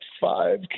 five